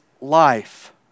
life